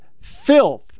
filth